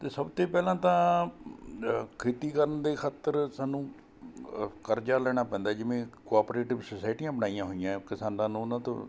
ਅਤੇ ਸਭ ਤੋਂ ਪਹਿਲਾਂ ਤਾਂ ਖੇਤੀ ਕਰਨ ਦੇ ਖਾਤਰ ਸਾਨੂੰ ਕਰਜਾ ਲੈਣਾ ਪੈਂਦਾ ਜਿਵੇਂ ਕੋਆਪਰੇਟਿਵ ਸੋਸਾਇਟੀਆਂ ਬਣਾਈਆਂ ਹੋਈਆਂ ਕਿਸਾਨਾਂ ਨੂੰ ਉਹਨਾਂ ਤੋਂ